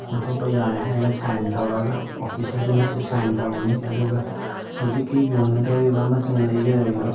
ꯑꯣꯟꯊꯣꯛꯄ ꯌꯥꯔꯦ ꯍꯥꯏꯔꯒ ꯁꯥꯏꯟ ꯇꯧꯔꯒ ꯑꯣꯐꯤꯁ ꯑꯗꯨꯅꯁꯨ ꯁꯥꯏꯟ ꯇꯧꯒꯅꯤ ꯑꯗꯨꯒ ꯍꯧꯖꯤꯛꯀꯤ ꯌꯣꯟꯒꯗꯧꯔꯤꯕ ꯑꯃꯁꯨꯡ ꯂꯩꯒꯗꯧꯔꯤꯕ